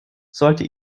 sollte